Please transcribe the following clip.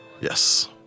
Yes